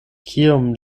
kiom